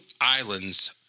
islands